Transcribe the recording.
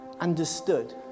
understood